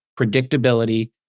predictability